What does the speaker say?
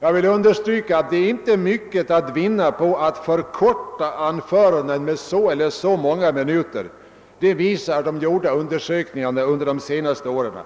Det är emellertid inte mycket att vinna på att förkorta anförandena med så eller så många minuter — det visar de gjorda undersökningarna under de senaste åren.